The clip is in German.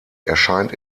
erscheint